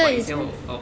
!wah! 以前我 oh